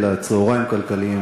אלא צהריים כלכליים,